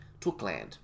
Tookland